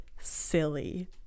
silly